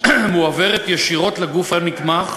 מועברת ישירות לגוף הנתמך,